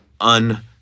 un